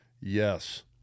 yes